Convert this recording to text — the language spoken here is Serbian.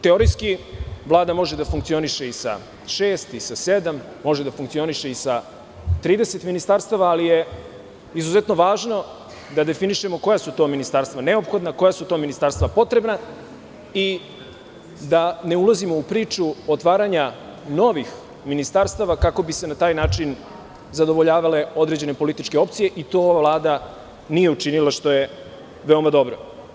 Teorijski, Vlada može da funkcioniše i sa šest i sa sedam, sa trideset ministarstava, ali je važno da definišemo koja su to ministarstva neophodna, koja su potrebna i da ne ulazim u priču otvaranja novih ministarstava kako bi se zadovoljavale političke opcije i to ova Vlada nije učinila, što je veoma dobro.